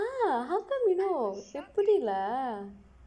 !wah! how come he know எப்புடி:eppudi lah